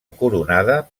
coronada